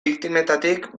biktimetatik